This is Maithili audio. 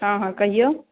हँ हँ कहियौ